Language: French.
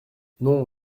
non